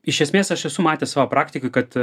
iš esmės aš esu matęs savo praktikoj kad